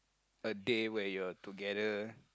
a day where you are together